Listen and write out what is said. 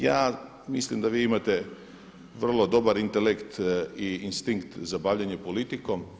Ja mislim da vi imate vrlo dobar intelekt i instinkt za bavljenje politikom.